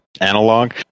analog